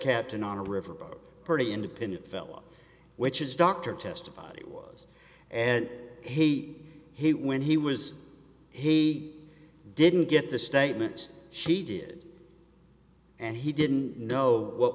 captain on a river boat pretty independent fellow which is dr testified it was and he he when he was he didn't get the statements she did and he didn't know what